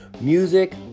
Music